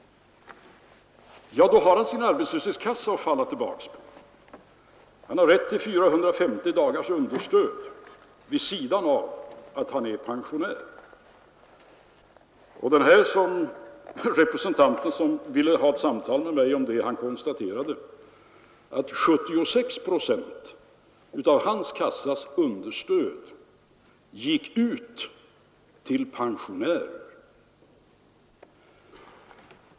Då har han sin arbetslöshetskassa att falla tillbaka på. Han har rätt till 450 dagars understöd vid sidan av pensionen. Den representant som ville ha ett samtal med mig om detta konstaterade att 76 procent av hans kassas understöd gick till pensionärer.